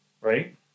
right